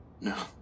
No